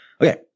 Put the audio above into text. Okay